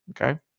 Okay